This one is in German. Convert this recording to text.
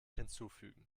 hinzufügen